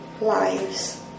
lives